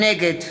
נגד